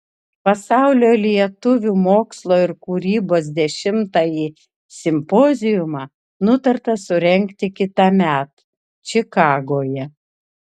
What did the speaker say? pasaulio lietuvių mokslo ir kūrybos dešimtąjį simpoziumą nutarta surengti kitąmet čikagoje